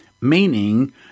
meaning